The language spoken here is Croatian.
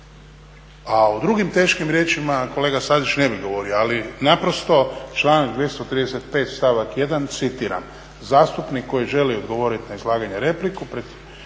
a o drugim teškim riječima kolega Stazić ne bih govorio. Ali naprosto članak 235. stavak 1. citiram: "Zastupnik koji želi odgovoriti na izlaganje repliku